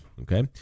Okay